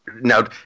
now